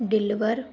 deliver